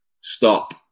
stop